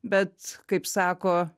bet kaip sako